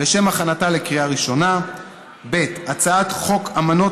לשם הכנתה לקריאה ראשונה; הצעת חוק אמנות